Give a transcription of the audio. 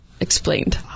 explained